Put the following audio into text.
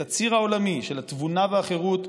את הציר העולמי של התבונה והחירות,